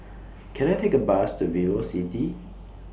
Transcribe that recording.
Can I Take A Bus to Vivocity